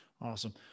Awesome